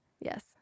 Yes